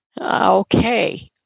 Okay